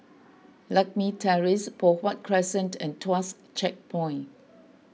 Lakme Terrace Poh Huat Crescent and Tuas Checkpoint